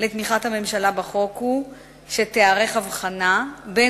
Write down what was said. לתמיכת הממשלה בחוק הוא שתיערך הבחנה בין